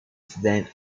than